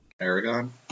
Aragon